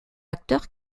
acteurs